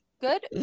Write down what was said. Good